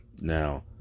Now